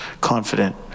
confident